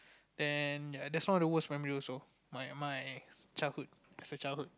then ya that's one of the worst memory also my my childhood as a childhood